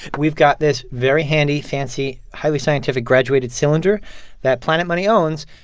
we've got this very handy, fancy, highly scientific graduated cylinder that planet money owns,